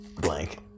blank